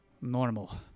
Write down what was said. normal